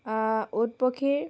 উট পক্ষীৰ